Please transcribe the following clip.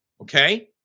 Okay